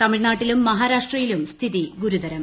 തമിഴ്നാട്ടിലും മഹാരാഷ്ട്രയിലും സ്ഥിതി ഗുരുതരം